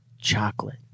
chocolate